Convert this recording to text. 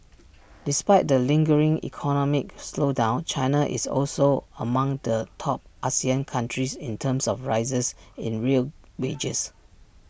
despite the lingering economic slowdown China is also among the top Asian countries in terms of rises in real wages